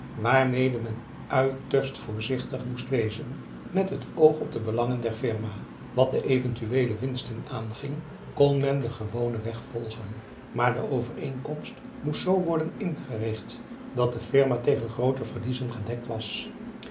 waarmede men uiterst voorzichtig moest wezen met het oog op de belangen der firma wat de eventueele winsten aanging kon men den gewonen weg volgen maar de overeenkomst moest z worden ingericht dat de firma tegen groote verliezen gedekt was